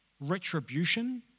retribution